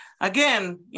Again